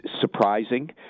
surprising